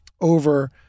over